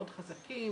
מאוד חזקים,